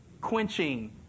Quenching